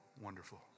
Wonderful